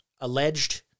alleged